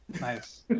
nice